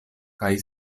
kaj